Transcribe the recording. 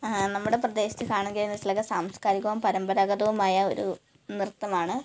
നമ്മടെ പ്രദേശത്ത് കാണുക സാംസ്കാരികവും പരമ്പരാഗതവുമായ ഒരു നൃത്തമാണ്